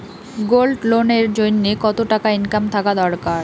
Gold loan এর জইন্যে কতো টাকা ইনকাম থাকা দরকার?